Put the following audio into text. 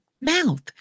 mouth